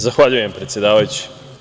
Zahvaljujem, predsedavajući.